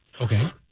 okay